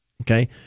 Okay